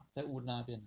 在 woodlands 那边的 ah